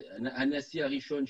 הנשיא הראשון,